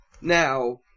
Now